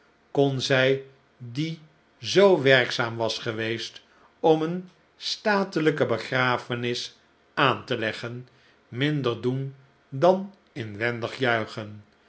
kon zij die zoo werkzaam was geweest om een statelijke begrafenis aan te leggen minder doen dan inwendig juichen